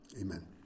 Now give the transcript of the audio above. amen